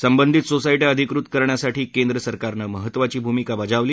संबंधित सोसायट्या अधिकृत करण्यासाठी केंद्र सरकारनं महत्वाची भूमिका बजावली